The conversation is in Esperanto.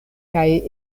kaj